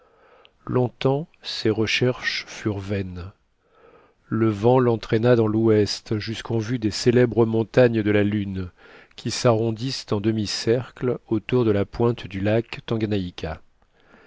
longtemps ses recherches furent vaines le vent l'entraîna dans l'ouest jusqu'en vue des célèbres montagnes de la lune qui s'arrondissent en demi-cercle autour de la pointe du lac tanganayika